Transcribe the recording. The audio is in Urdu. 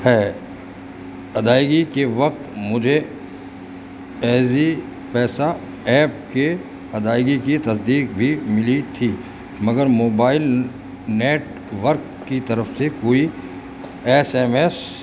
ہے ادائیگی کے وقت مجھے ایزی پیسہ ایپ کے ادائیگی کی تصدیق بھی ملی تھی مگر موبائل نیٹورک کی طرف سے کوئی ایس ایم ایس